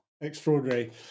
extraordinary